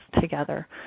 together